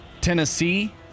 Tennessee